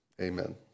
amen